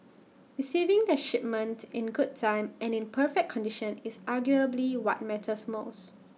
receiving their shipment in good time and in perfect condition is arguably what matters most